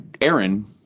Aaron